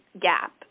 gap